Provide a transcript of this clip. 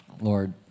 Lord